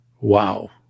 wow